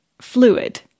fluid